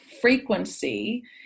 frequency